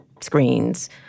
screens